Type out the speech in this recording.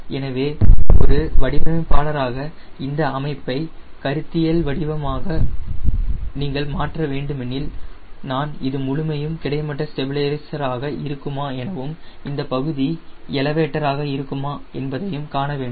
எனவே ஒரு வடிவமைப்பாளராக இந்த அமைப்பை கருத்தியல் வடிவமாக நீங்கள் மாற்ற வேண்டுமெனில் நான் இது முழுமையும் கிடைமட்ட ஸ்டெபிலைசர் ஆக இருக்குமா எனவும் இந்தப் பகுதி எலிவேட்டர் ஆக இருக்குமா என்பதைக் காண வேண்டும்